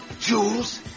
jewels